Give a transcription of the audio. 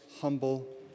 humble